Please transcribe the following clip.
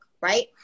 right